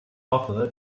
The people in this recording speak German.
hoffe